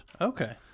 okay